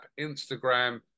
Instagram